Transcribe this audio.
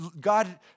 God